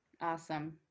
Awesome